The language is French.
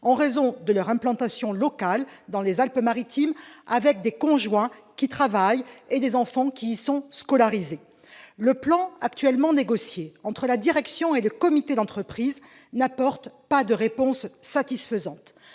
en raison de leur implantation locale dans les Alpes-Maritimes, où leurs conjoints travaillent et où leurs enfants sont scolarisés. Le plan actuellement négocié entre la direction et le comité d'entreprise n'apporte pas de réponse satisfaisante,